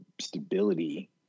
stability